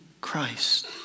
Christ